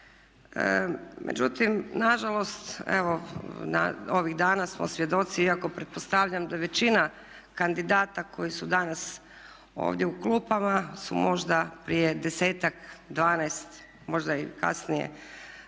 Međutim, nažalost, evo ovih dana smo svjedoci, iako pretpostavljam da je većina kandidata koji su danas ovdje u klupama su možda prije 10-ak, 12, možda i kasnije